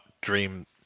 dream